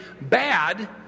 bad